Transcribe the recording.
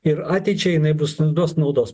ir ateičiai jinai bus duos naudos